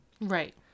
Right